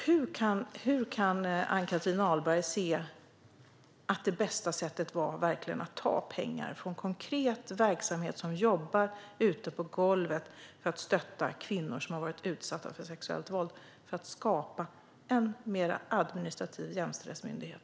Hur kan Ann-Christin Ahlberg anse att det bästa sättet är att ta pengar från konkret verksamhet som jobbar ute på golvet för att stötta kvinnor som har varit utsatta för sexuellt våld för att skapa en mer administrativ jämställdhetsmyndighet?